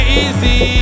easy